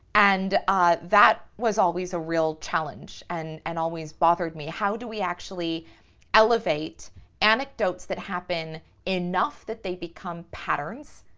and ah that was always a real challenge and and always bothered me. how do we actually elevate anecdotes that happen enough that they become patterns,